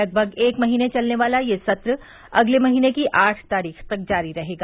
लगभग एक महीने चलने वाला यह सत्र अगले महीने की आठ तारीख तक जारी रहेगा